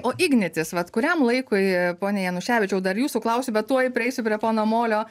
o ignitis vat kuriam laikui pone januševičiau dar jūsų klausiu bet tuoj prieisiu prie pono molio